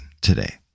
today